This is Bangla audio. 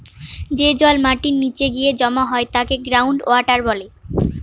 যে জল মাটির নীচে গিয়ে জমা হয় তাকে গ্রাউন্ড ওয়াটার বলে